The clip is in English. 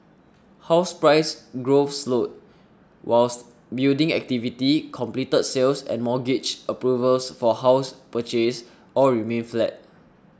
house price growth slowed whilst building activity completed sales and mortgage approvals for house purchase all remained flat